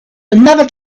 another